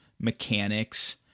mechanics